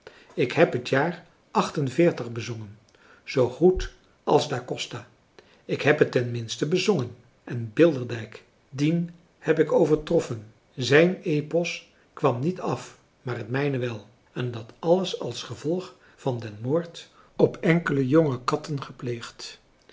ik heb het jaar achtenveertig bezongen zoogoed als da costa ik heb het ten minste bezongen en bilderdijk dien heb ik overtroffen zijn epos kwam niet af maar het mijne wel en dat alles als gevolg van den moord op enkele jonge katten gepleegd